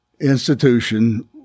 institution